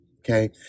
Okay